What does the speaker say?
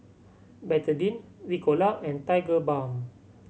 Betadine Ricola and Tigerbalm